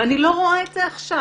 ואני לא רואה את זה עכשיו.